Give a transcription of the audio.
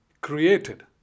Created